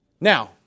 Now